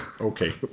okay